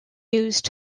used